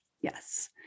Yes